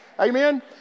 Amen